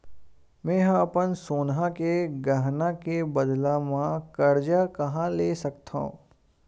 मेंहा अपन सोनहा के गहना के बदला मा कर्जा कहाँ ले सकथव?